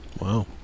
Wow